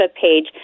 page